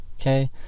okay